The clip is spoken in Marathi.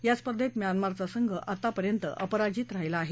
या स्पर्धेत म्यानमारचा संघ आतापर्यंत अपराजित राहिला आहे